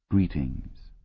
greetings!